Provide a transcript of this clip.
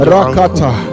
Rakata